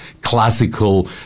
classical